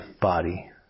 body